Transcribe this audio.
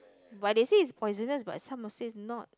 but they say it's poisonous but someone says not